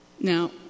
now